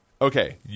Okay